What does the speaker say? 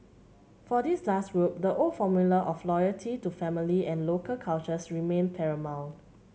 for this last group the old formula of loyalty to family and local cultures remained paramount